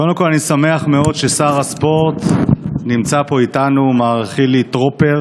קודם כול אני שמח מאוד ששר הספורט מר חילי טרופר